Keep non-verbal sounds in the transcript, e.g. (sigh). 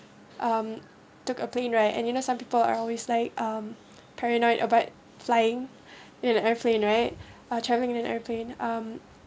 um took a plane right and you know some people are always like um paranoid about flying (breath) in an airplane right I were travelling in an airplane um